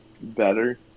better